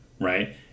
right